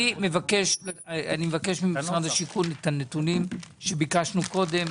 אני מבקש ממשרד השיכון את הנתונים שביקשנו קודם,